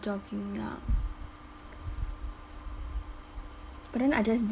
jogging ya but then I just